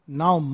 now